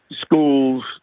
schools